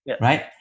Right